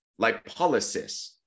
lipolysis